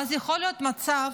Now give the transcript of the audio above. ואז יכול להיות מצב,